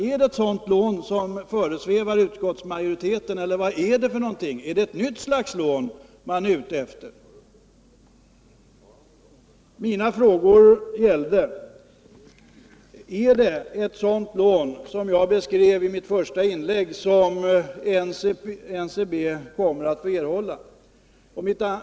Är det ett sådant lån som föresvävar utskottsmajoriteten? Eller är det något slags nytt lån man är ute efter? Min första fråga var: Är det ett sådant lån som jag beskrev i mitt första inlägg som NCB kommer att erhålla?